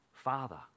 Father